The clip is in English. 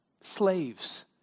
slaves